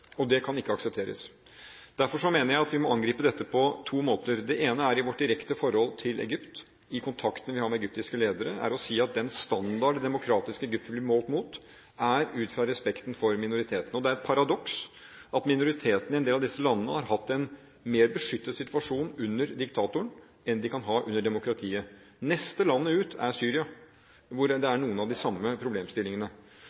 og det kan ikke aksepteres. Derfor mener jeg vi må angripe dette på to måter. Den ene er i vårt direkte forhold til Egypt, i kontaktene vi har med egyptiske ledere, å si at den standard det demokratiske Egypt vil bli målt mot, er ut fra respekten for minoritetene. Det er et paradoks at minoritetene i en del av disse landene har hatt en mer beskyttet situasjon under diktatoren enn de kan ha under demokratiet. Neste landet ut er Syria, hvor det